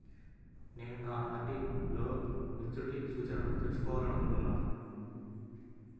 నేను నా ఆర్.డీ లో మెచ్యూరిటీ సూచనలను తెలుసుకోవాలనుకుంటున్నాను